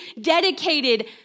dedicated